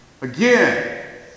again